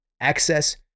Access